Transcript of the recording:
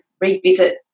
revisit